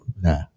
Nah